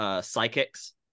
psychics